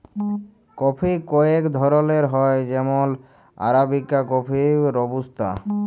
coffee কয়েক ধরলের হ্যয় যেমল আরাবিকা কফি, রবুস্তা